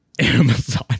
Amazon